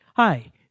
Hi